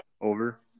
Over